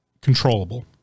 controllable